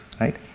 right